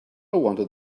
wanted